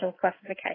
classification